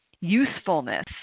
usefulness